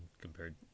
compared